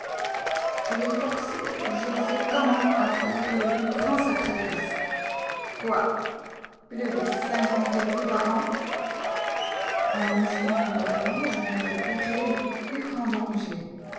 je l'ai forcé je ne sais comment à faire le plus grand sacrifice quoi plus de cinquante écus par an un instant auparavant je m'étais tiré du plus grand danger